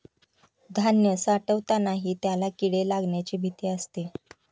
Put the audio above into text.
धान्य साठवतानाही त्याला किडे लागण्याची भीती असते